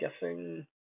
guessing